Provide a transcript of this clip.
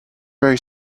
very